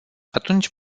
atunci